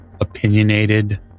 opinionated